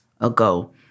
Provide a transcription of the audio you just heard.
ago